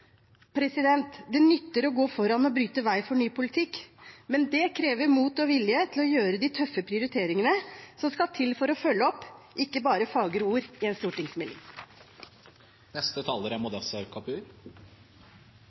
Det nytter å gå foran og bryte vei for ny politikk, men det krever mot og vilje til å gjøre de tøffe prioriteringene som skal til for å følge opp – ikke bare fagre ord i en stortingsmelding. Jeg er